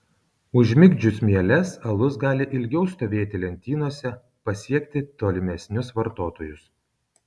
užmigdžius mieles alus gali ilgiau stovėti lentynose pasiekti tolimesnius vartotojus